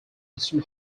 eastern